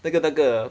那个那个